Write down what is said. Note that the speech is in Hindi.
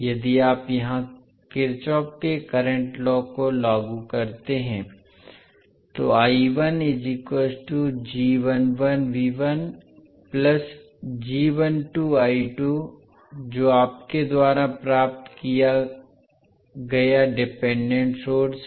यदि आप यहां किरचॉफ के करंट लॉ को लागू करते हैं तो जो आपके द्वारा प्राप्त किया गया डिपेंडेंट सोर्स है